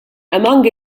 among